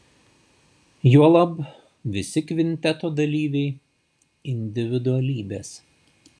juolab visi kvinteto dalyviai individualybės